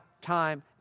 time